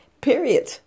Period